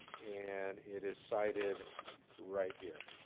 and it is cited right here.